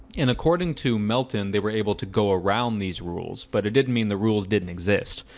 and according to melton they were able to go around these rules, but it didn't mean the rules didn't exist.